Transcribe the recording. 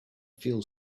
feel